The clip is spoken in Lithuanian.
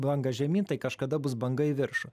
banga žemyn tai kažkada bus banga į viršų